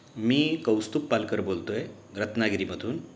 मी कौस्तूप पालकर बोलत आहे रत्नागिरीमधून